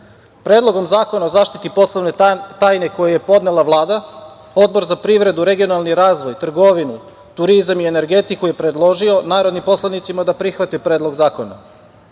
Predlogom zakona o zaštiti poslovne tajne, koji je podnela Vlada, Odbor za privredu, regionalni razvoj, trgovinu, turizam i energetiku je predložio narodnim poslanicima da prihvate Predlog zakona. Ovim